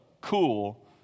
cool